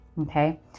Okay